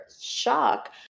shock